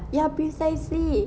ya precisely